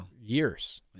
Years